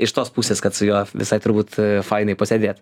iš tos pusės kad su juo visai turbūt fainai pasėdėt